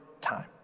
time